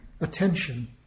attention